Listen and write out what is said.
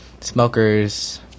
smokers